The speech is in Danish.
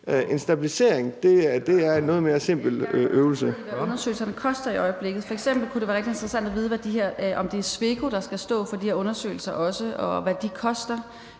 En stabilisering er en noget mere simpel øvelse.